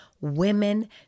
women